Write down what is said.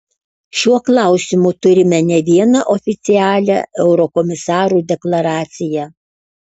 šiuo klausimu turime ne vieną oficialią eurokomisarų deklaraciją